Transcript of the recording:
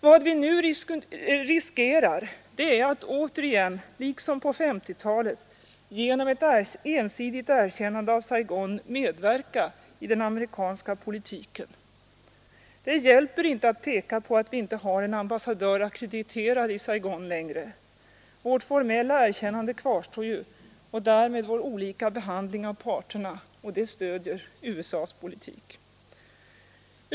Vad vi nu riskerar det är att återigen, liksom under 1950-talet, genom ett ensidigt erkännande av Saigon medverka i den amerikanska politiken. Det hjälper inte att peka på att vi inte har en ambassadör ackrediterad i Saigon längre. Vårt formella erkännande kvarstår ju och därmed vår olika behandling av parterna och det stöder USA ss politik.